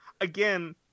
again